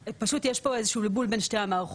פשוט יש פה איזה שהוא בלבול בין שתי המערכות: